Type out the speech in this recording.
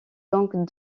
donc